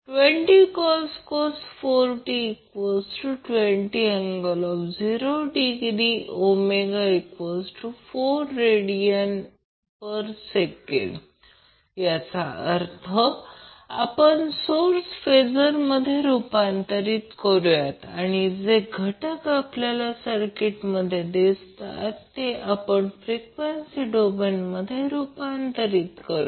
20cos 4t ⇒20∠0°ω4rads याचा अर्थ आपण सोर्स फेजर मध्ये रूपांतर करूया आणि जे घटक आपल्याला सर्किटमध्ये दिसतात ते आपण फ्रीक्वेसी डोमेनमध्ये रूपांतर करूया